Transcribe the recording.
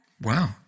Wow